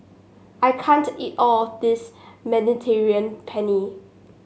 I can't eat all of this Mediterranean Penne